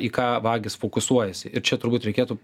į ką vagys fokusuojasi ir čia turbūt reikėtų